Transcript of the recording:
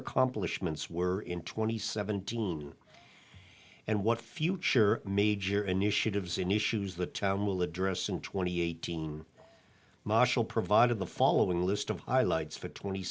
accomplishments were in twenty seven and what future major initiatives in issues that will address in twenty eighteen marshall provided the following list of highlights for twenty